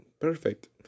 perfect